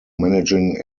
managing